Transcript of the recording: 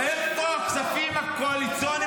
שיפסיקו עם הכספים --- איפה הכספים הקואליציוניים,